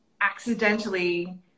accidentally